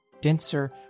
denser